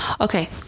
Okay